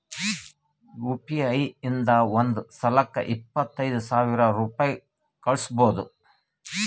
you P I ಇಂದ ಒಂದ್ ಸಲಕ್ಕ ಇಪ್ಪತ್ತೈದು ಸಾವಿರ ರುಪಾಯಿ ಕಳುಸ್ಬೋದು